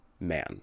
man